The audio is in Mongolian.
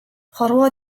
хорвоо